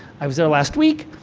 i was there last week.